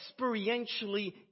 experientially